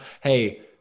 Hey